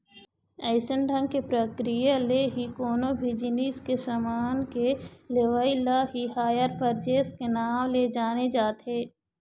अइसन ढंग के प्रक्रिया ले ही कोनो भी जिनिस के समान के लेवई ल ही हायर परचेस के नांव ले जाने जाथे